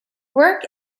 work